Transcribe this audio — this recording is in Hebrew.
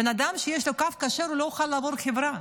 בן אדם שיש לו קו כשר לא יוכל לעבור חברה,